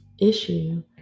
issue